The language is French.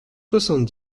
soixante